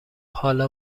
حالا